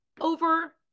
over